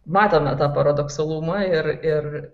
matome tą paradoksalumą ir ir